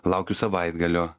laukiu savaitgalio